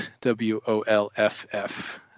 w-o-l-f-f